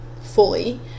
fully